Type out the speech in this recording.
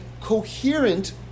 coherent